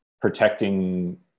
protecting